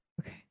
Okay